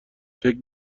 فکر